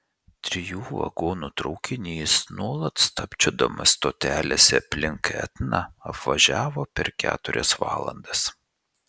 trijų vagonų traukinys nuolat stabčiodamas stotelėse aplink etną apvažiavo per keturias valandas